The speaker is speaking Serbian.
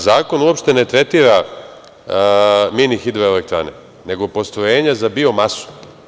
Zakon uopšte ne tretira mini hidroelektrane, nego postrojenja za biomasu.